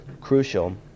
crucial